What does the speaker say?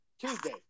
Tuesday